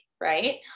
right